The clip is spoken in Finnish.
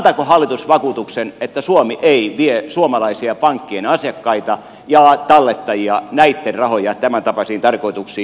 antaako hallitus vakuutuksen että suomi ei vie suomalaisia pankkien asiakkaita ja tallettajia näitten rahoja tämän tapaisiin tarkoituksiin